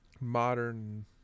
modern